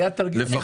גם